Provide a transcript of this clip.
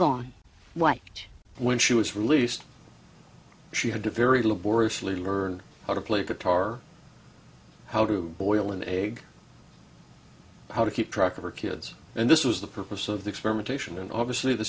gone why when she was released she had a very laboriously learn how to play guitar how to boil an egg how to keep track of her kids and this was the purpose of the experimentation and obviously the